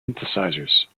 synthesizers